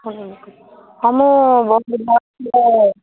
ହଁ ମୁଁ